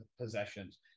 possessions